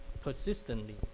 persistently